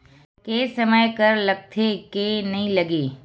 के समय कर लगथे के नइ लगय?